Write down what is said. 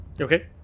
Okay